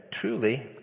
Truly